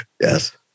Yes